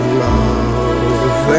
love